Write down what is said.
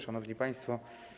Szanowni Państwo!